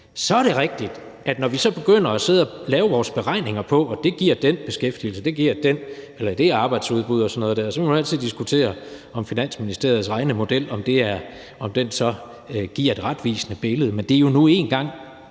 Så er det rigtigt, at når vi så begynder at sidde og lave vores beregninger på, at det giver den beskæftigelse og det giver det arbejdsudbud og sådan noget, kan man altid diskutere, om Finansministeriets regnemodel så giver et retvisende billede. Men det er jo nu engang